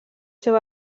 seu